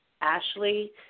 Ashley